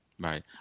Right